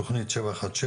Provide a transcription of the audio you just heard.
תכנית 716,